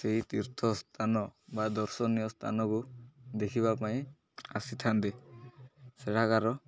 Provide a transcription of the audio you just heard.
ସେହି ତୀର୍ଥ ସ୍ଥାନ ବା ଦର୍ଶନୀୟ ସ୍ଥାନକୁ ଦେଖିବା ପାଇଁ ଆସିଥାନ୍ତି ସେଠାକାର